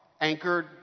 anchored